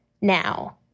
now